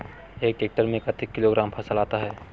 एक टेक्टर में कतेक किलोग्राम फसल आता है?